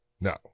No